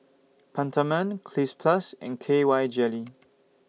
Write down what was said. Peptamen Cleanz Plus and K Y Jelly